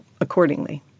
accordingly